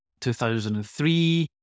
2003